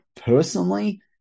personally